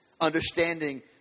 understanding